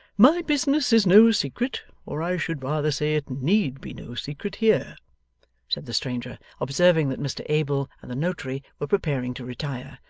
my business is no secret or i should rather say it need be no secret here said the stranger, observing that mr abel and the notary were preparing to retire.